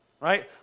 right